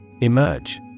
Emerge